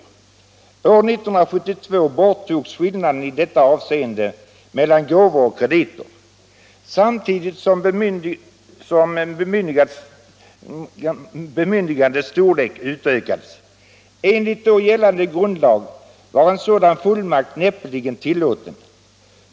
År 1972 borttogs skillnaden i detta avseende mellan gåvor och krediter, samtidigt som bemyndigandets storlek utökades. Enligt då gällande grundlag var en sådan fullmakt näppeligen tillåten.